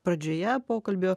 pradžioje pokalbio